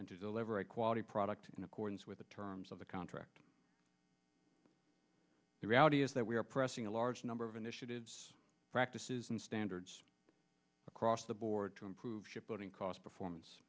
and to deliver a quality product in accordance with the terms of the contract the reality is that we are pressing a large number of initiatives practices and standards across the board to improve shipping cost performance